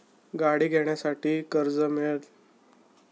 गाडी घेण्यासाठी कर्ज मिळेल का?